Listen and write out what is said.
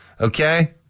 okay